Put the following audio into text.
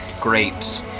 grapes